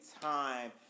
time